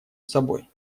собой